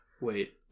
Wait